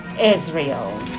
Israel